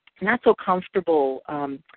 not-so-comfortable